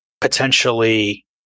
potentially